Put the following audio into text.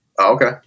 okay